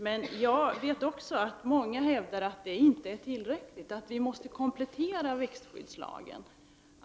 Men jag vet också att många hävdar att det inte är tillräckligt utan att vi måste komplettera växtskyddslagen.